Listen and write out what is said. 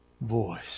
voice